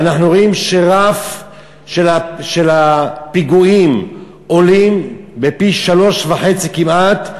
ואנחנו רואים שרף הפיגועים עולה פי-3.5 כמעט,